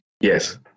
Yes